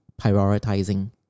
prioritizing